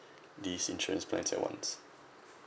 these insurance plan at once